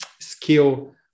skill